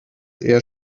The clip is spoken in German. eher